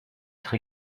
être